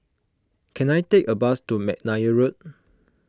can I take a bus to McNair Road